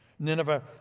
Nineveh